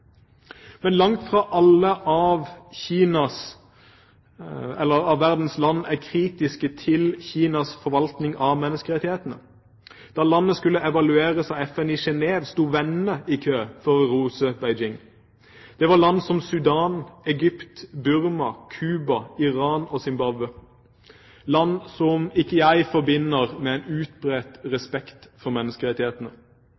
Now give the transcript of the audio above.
Men langt fra alle verdens land er kritiske til Kinas forvaltning av menneskerettighetene. Da landet skulle evalueres av FN i Genève, sto vennene i kø for å rose Beijing. Det var land som Sudan, Egypt, Burma, Cuba, Iran og Zimbabwe – land som ikke jeg forbinder med en utbredt